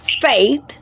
faith